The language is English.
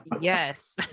Yes